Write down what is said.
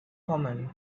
common